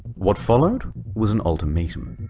what followed was an ultimatum.